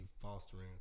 fostering